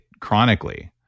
chronically